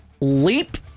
leap